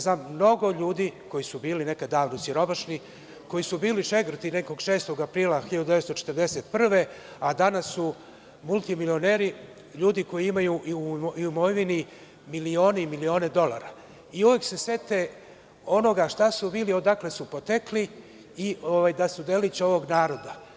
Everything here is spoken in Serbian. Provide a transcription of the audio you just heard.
Znam mnogo ljudi koji su bili nekada davno siromašni, koji su bili šegrti nekog 6. aprila 1941. godine, a danas su multimilioneri, ljudi koji imaju u imovini milione i milione dolara i uvek se sete onoga šta su bili, onoga odakle su potekli, da su delić ovog naroda.